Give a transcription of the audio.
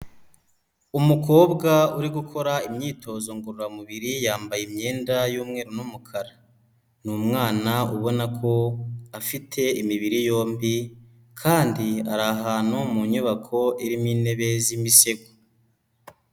Umukobwa uri gukora imyitozo ngororamubiri yambaye imyenda y'umweru n'umukara, ni umwana ubona ko afite imibiri yombi kandi ari ahantu mu nyubako irimo intebe z'imisego.